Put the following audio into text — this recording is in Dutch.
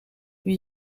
wie